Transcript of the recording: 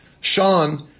Sean